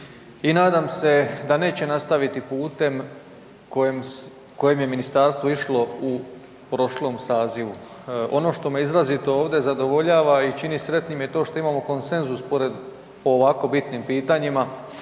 i nadam se da neće nastaviti putem kojim je ministarstvo išlo u prošlom sazivu. Ono što me izrazito ovdje zadovoljava i čini sretnim je to što imamo konsenzus pored u ovako bitnim pitanjima,